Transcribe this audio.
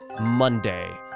Monday